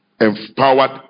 empowered